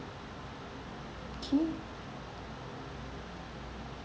okay